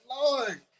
Lord